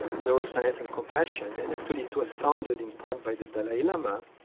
neuroscience and compassion, and actually it was founded in part by the dalai lama.